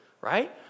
right